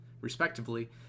respectively